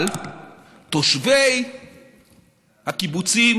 אבל תושבי הקיבוצים